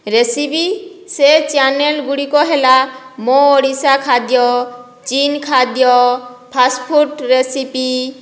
recipe ସେ channel ଗୁଡ଼ିକ ହେଲା ମୋ ଓଡ଼ିଶା ଖାଦ୍ୟ ଚୀନ ଖାଦ୍ୟ ଫାଷ୍ଟଫୁଡ଼ ରେସିପି